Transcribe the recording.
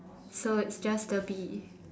so it's just the bee